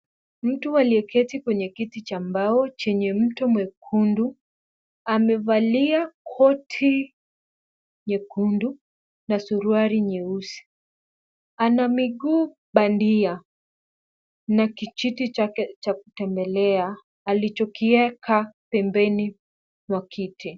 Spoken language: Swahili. Mtu aliyeketi kwenye kiti cha mbao chenye mto mwekundu amevalia koti nyekundu na suruali nyeusi. Ana miguu bandia na kijiti chake cha kutembelea alichokiweka pembeni mwa kiti.